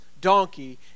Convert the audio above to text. donkey